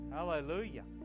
Hallelujah